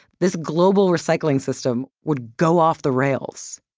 this global recycling system would go off the rails?